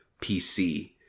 PC